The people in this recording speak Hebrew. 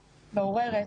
מעוררת,